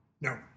No